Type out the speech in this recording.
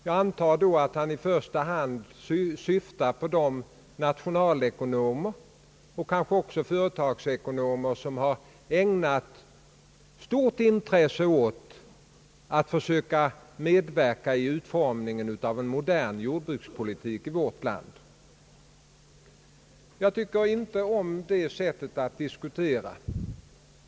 Jag antar att han då i första hand syftar på de nationalekonomer och kanske också företagsekonomer som har ägnat stort intresse åt att försöka medverka i utformningen av en modern jordbrukspolitik i vårt land. Jag tycker inte om detta sätt att dis kutera.